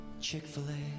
Chick-fil-A